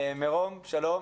מירום, שלום.